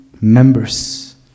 members